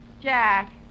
Jack